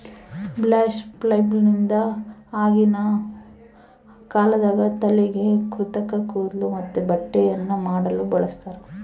bast ಫೈಬರ್ನಿಂದ ಆಗಿನ ಕಾಲದಾಗ ತಲೆಗೆ ಕೃತಕ ಕೂದ್ಲು ಮತ್ತೆ ಬಟ್ಟೆಯನ್ನ ಮಾಡಲು ಬಳಸ್ತಾರ